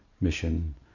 mission